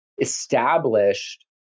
established